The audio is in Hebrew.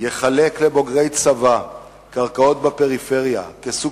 יחלק לבוגרי צבא קרקעות בפריפריה כסוג